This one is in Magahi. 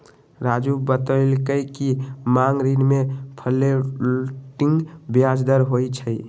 राज़ू बतलकई कि मांग ऋण में फ्लोटिंग ब्याज दर होई छई